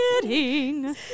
kidding